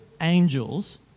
angels